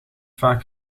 vaak